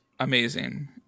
amazing